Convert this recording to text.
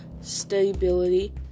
stability